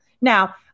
Now